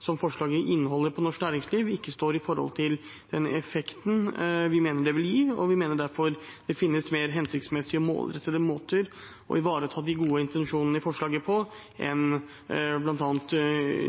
som forslaget inneholder for norsk næringsliv, ikke står i forhold til den effekten vi mener det vil gi. Vi mener derfor det finnes mer hensiktsmessige og målrettede måter å ivareta de gode intensjonene i forslaget på enn bl.a.